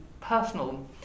personal